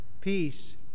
Peace